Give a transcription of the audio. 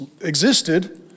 existed